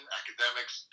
academics